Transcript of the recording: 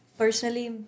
personally